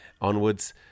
onwards